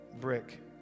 brick